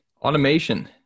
automation